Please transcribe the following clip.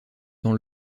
dans